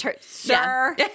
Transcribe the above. sir